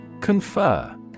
Confer